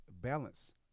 balance